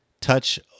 touch